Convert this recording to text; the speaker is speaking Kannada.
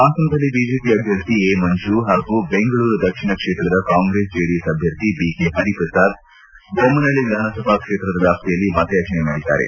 ಪಾಸನದಲ್ಲಿ ಬಿಜೆಪಿ ಅಭ್ಯರ್ಥಿ ಎ ಮಂಜು ಹಾಗೂ ಬೆಂಗಳೂರು ದಕ್ಷಿಣ ಕ್ಷೇತ್ರದ ಕಾಂಗ್ರೆಸ್ ಜೆಡಿಎಸ್ ಅಭ್ಯರ್ಥಿ ಬಿ ಕೆ ಪರಿಪ್ರಸಾದ್ ಬೊಮ್ಮನಹಳ್ಳಿ ವಿಧಾನಸಭಾ ಕ್ಷೇತ್ರದ ವ್ಯಾಪ್ತಿಯಲ್ಲಿ ಮತಯಾಚನೆ ಮಾಡಿದ್ದಾರೆ